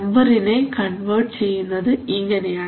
നമ്പറിനെ കൺവെർട്ട് ചെയ്യുന്നത് ഇങ്ങനെയാണ്